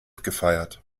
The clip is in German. gefeiert